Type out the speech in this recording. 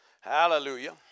Hallelujah